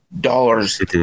dollars